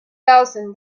thousand